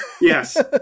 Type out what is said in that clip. yes